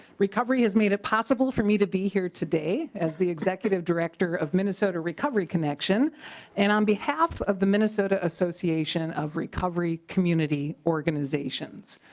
recovery is made it possible for me to be here today is the executive director of minnesota recovery connection and on behalf of the minnesota association of recovery community organizations.